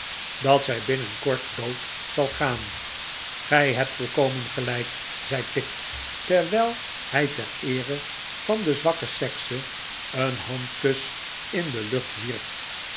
dat zij binnenkort dood zal gaan t gij hebt volkomen gelijk zei tigg terwijl hij ter eere van de zwakke sekse een handkus in de lucht wierp